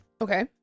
Okay